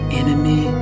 enemy